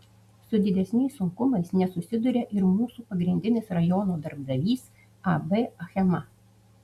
su didesniais sunkumais nesusiduria ir mūsų pagrindinis rajono darbdavys ab achema